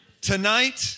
Tonight